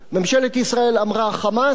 ממשלת ישראל אמרה: "חמאס",